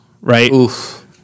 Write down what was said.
right